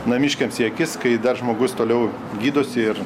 namiškiams į akis kai dar žmogus toliau gydosi ir